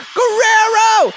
Guerrero